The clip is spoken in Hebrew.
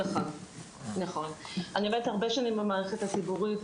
עובדת הרבה שנים במערכת הציבורית,